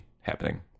happening